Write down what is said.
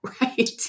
Right